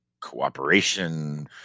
cooperation